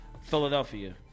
Philadelphia